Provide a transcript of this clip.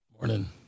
Morning